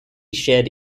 shared